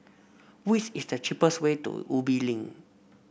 which is the cheapest way to Ubi Link